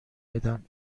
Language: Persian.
میدن